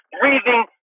breathing